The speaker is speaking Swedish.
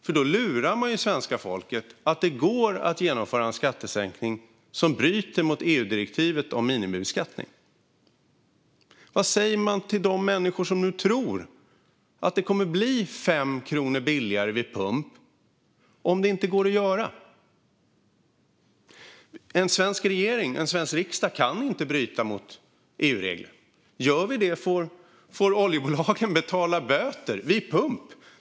Man lurar svenska folket att det går att genomföra en skattesänkning som bryter mot EU-direktivet om minimibeskattning. Vad säger man till de människor som nu tror att det kommer att bli 5 kronor billigare vid pump om det inte går att göra? En svensk regering och en svensk riksdag kan inte bryta mot EU-regler. Gör vi det får oljebolagen betala böter vid pump.